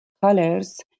colors